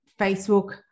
Facebook